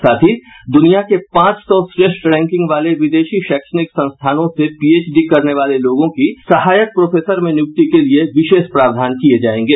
साथ ही दुनिया के पांच सौ श्रेष्ठ रैंकिंग वाले विदेशी शैक्षणिक संस्थानों से पीएचडी करने वाले लोगों की सहायक प्रोफेसर में नियुक्ति के लिए विशेष प्रावधान किये जायेंगे